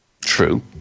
True